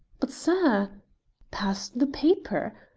but, sir pass the paper.